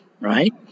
right